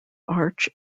arch